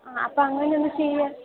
ആ അപ്പം അങ്ങനൊന്ന് ചെയ്യ്